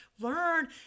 learn